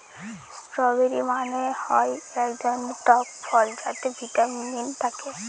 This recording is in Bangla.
স্ট্রওবেরি মানে হয় এক ধরনের টক ফল যাতে ভিটামিন থাকে